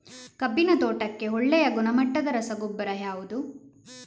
ಕಬ್ಬಿನ ತೋಟಕ್ಕೆ ಒಳ್ಳೆಯ ಗುಣಮಟ್ಟದ ರಸಗೊಬ್ಬರ ಯಾವುದು?